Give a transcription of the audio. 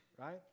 right